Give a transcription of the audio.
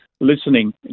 listening